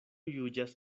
juĝas